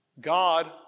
God